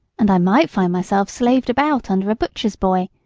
and i might find myself slaved about under a butcher's boy,